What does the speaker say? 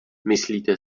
myslíte